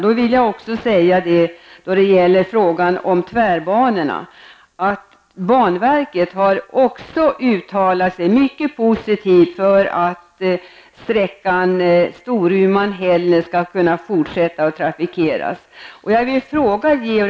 Jag vill då apropå diskussionen om tvärbanorna säga att banverket har uttalat sig mycket positivt för att sträckan Storuman--Hällnäs skall kunna trafikeras även i fortsättningen.